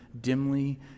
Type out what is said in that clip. dimly